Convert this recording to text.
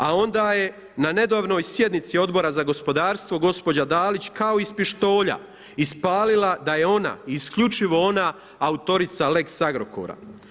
A onda je na nedavnoj sjednici Odbora za gospodarstvo gospođa Dalić kao iz pištolja ispalila da je ona, isključivo ona autorica lex Agrokora.